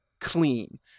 clean